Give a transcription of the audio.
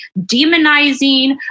demonizing